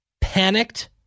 panicked